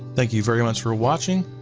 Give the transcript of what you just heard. thank you very much for watching,